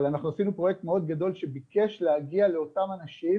אבל אנחנו עשינו פרויקט מאוד גדול שביקש להגיע לאותם אנשים